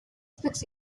speaks